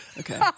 Okay